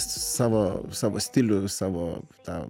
savo savo stilių savo tą